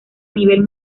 nivel